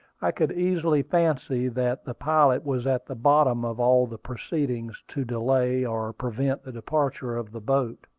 i could easily fancy that the pilot was at the bottom of all the proceedings to delay or prevent the departure of the boat.